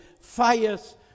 Fires